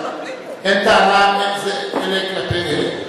מטפלים, אין טענה אלה כלפי אלה.